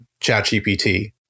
ChatGPT